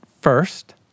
first